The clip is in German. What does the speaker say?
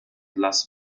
las